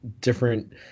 different